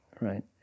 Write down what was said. right